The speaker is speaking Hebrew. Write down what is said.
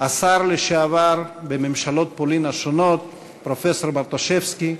השר לשעבר בממשלות פולין השונות פרופסור ברטושבסקי,